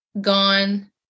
gone